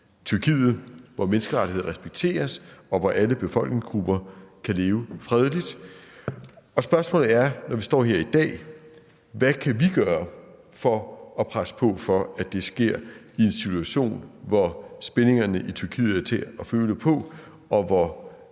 Tyrkiet, hvor menneskerettigheder respekteres, og hvor alle befolkningsgrupper kan leve fredeligt. Spørgsmålet er, når vi står her i dag: Hvad kan vi gøre for at presse på for, at det sker i en situation, hvor spændingerne i Tyrkiet er til at tage og føle på, og hvor